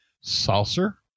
saucer